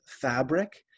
fabric